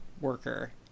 worker